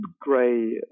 Gray